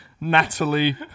Natalie